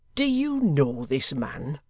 do you know this man